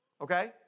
okay